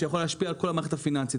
שיכול להשפיע על כל המערכת הפיננסית,